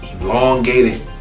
elongated